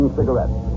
cigarettes